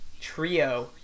trio